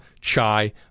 chai